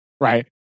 right